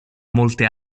molte